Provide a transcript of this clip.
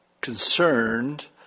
concerned